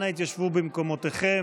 אנא התיישבו במקומותיכם.